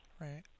Right